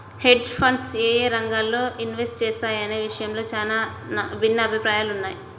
hedge funds యేయే రంగాల్లో invest చేస్తాయనే విషయంలో చానా భిన్నాభిప్రాయాలున్నయ్